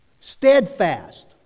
steadfast